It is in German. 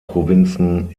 provinzen